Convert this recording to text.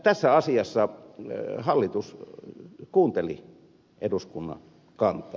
tässä asiassa hallitus kuunteli eduskunnan kantaa